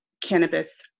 cannabis